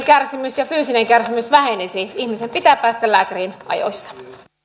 kärsimys ja fyysinen kärsimys vähenisi ihmisen pitää päästä lääkäriin ajoissa